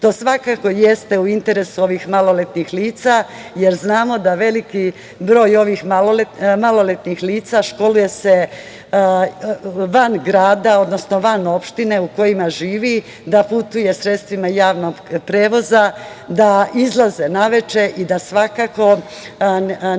To svakako jeste u interesu ovih maloletnih lica, jer znamo da veliki broj ovih maloletnih lica školuje se van grada, odnosno van opštine u kojoj živi, da putuje sredstvima javnog prevoza, da izlaze naveče i da svakako